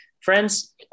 friends